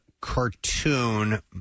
cartoon